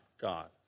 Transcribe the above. God